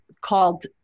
called